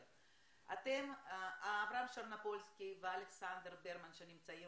אברהם שרנופולסקי ואלכסנדר ברמן שנמצאים